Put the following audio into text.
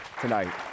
tonight